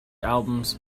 albums